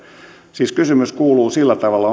siis kysymys kuuluu sillä tavalla